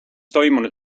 toimunud